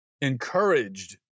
encouraged